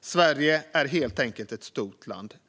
Sverige är helt enkelt ett stort land.